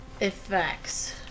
effects